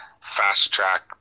fast-track